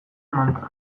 mantra